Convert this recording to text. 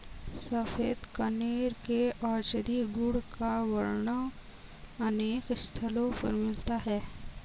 सफेद कनेर के औषधीय गुण का वर्णन अनेक स्थलों पर मिलता है